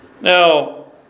Now